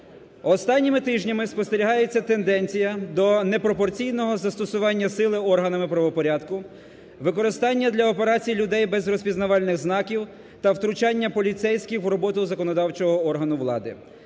Останніми тижнями спостерігається тенденція до непропорційного застосування сили органами правопорядку, використання для операцій людей без розпізнавальних знаків та втручання поліцейських в роботу законодавчого органу влади.